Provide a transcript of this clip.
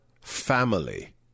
family